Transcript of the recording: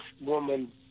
woman